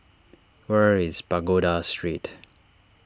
where is Pagoda Street